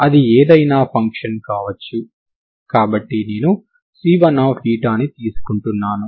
అది ఏదైనా ఫంక్షన్ కావచ్చు కాబట్టి నేను C1ని తీసుకుంటున్నాను